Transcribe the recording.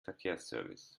verkehrsservice